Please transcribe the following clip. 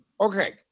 Okay